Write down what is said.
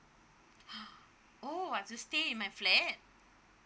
!huh! oh I have to stay in my flat